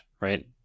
right